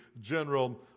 general